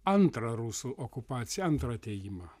antrą rusų okupaciją antrą atėjimą